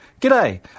G'day